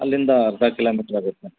ಅಲ್ಲಿಂದ ಅರ್ಧ ಕಿಲೋಮೀಟ್ರ್ ಆಗುತ್ತಾ